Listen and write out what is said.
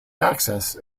access